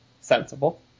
Sensible